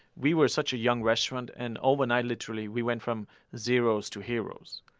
we were such a young restaurant and overnight, literally, we went from zeroes to heroes.